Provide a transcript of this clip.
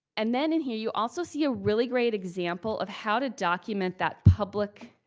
and then in here, you also see ah really great example of how to document that public